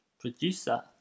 producer